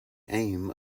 aim